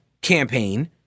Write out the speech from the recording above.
campaign